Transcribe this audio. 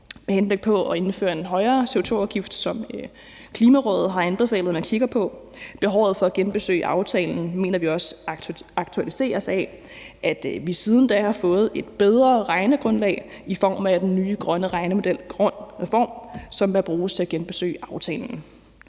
med henblik på at indføre en højere CO2-afgift, som Klimarådet har anbefalet at man kigger på. Behovet for at genbesøge aftalen mener vi også aktualiseres af, at vi siden da har fået et bedre regnegrundlag i form af den nye grønne regnemodel Grøn REFORM, som bør bruges til at genbesøge aftalen.